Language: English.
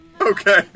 Okay